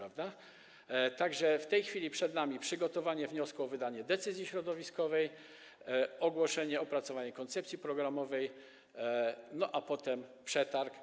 A zatem w tej chwili przed nami przygotowanie wniosku o wydanie decyzji środowiskowej, ogłoszenie, opracowanie koncepcji programowej, a potem przetarg.